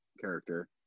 character